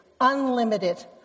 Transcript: unlimited